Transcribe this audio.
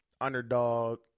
underdog